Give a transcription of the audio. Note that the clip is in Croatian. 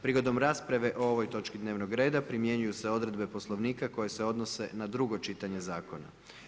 Prigodom rasprave o ovoj točki dnevnog reda primjenjuju se odredbe Poslovnika koje se odnose na drugo čitanje zakona.